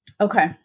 Okay